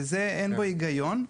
אין בכך היגיון,